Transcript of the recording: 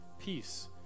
peace